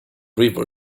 river